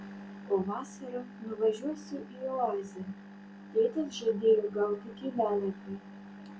o vasarą nuvažiuosiu į oazę tėtis žadėjo gauti kelialapį